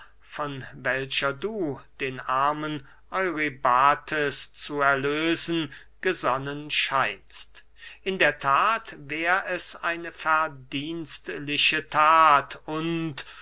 von welcher du den armen eurybates zu erlösen gesonnen scheinst in der that wär es eine verdienstliche that und